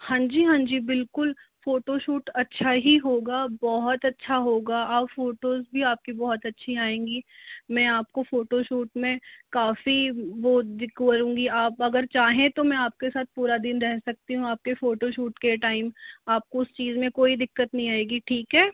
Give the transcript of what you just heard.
हाँ जी हाँ जी बिल्कुल फोटोशूट अच्छा ही होंगा बहुत अच्छा होगा और फोटोज़ भी आपकी बहुत अच्छी आएँगी मैं आपको फोटोशूट में काफ़ी वो करुँगी आप अगर चाहें तो मैं आपके साथ पूरा दिन रह सकती हूँ आपके फोटोशूट के टाइम आपको उस चीज़ में कोई दिक्कत नहीं आएंगी ठीक है